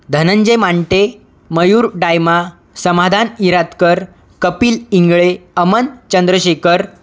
Dhananjay Mante Mayur Dayma Samadhan Iratkar Kapil Ingle Aman Chandrashekhar